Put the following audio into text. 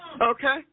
Okay